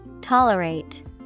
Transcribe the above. Tolerate